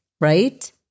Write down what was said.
right